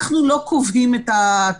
אנחנו לא קובעים את התמהיל.